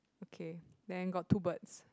okay then got two birds